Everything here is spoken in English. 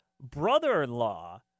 brother-in-law